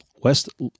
West